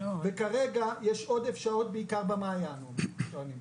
וכרגע יש עודף שעות בעיקר במעיין הם טוענים.